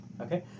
Okay